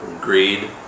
greed